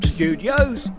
Studios